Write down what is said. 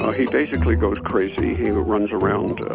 ah he basically goes crazy. he runs around,